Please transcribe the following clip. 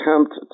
attempt